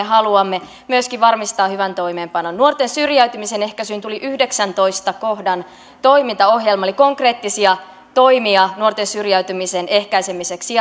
haluamme myöskin varmistaa ammatillisen koulutuksen reformille hyvän toimeenpanon nuorten syrjäytymisen ehkäisyyn tuli yhdeksännentoista kohdan toimintaohjelma eli konkreettisia toimia nuorten syrjäytymisen ehkäisemiseksi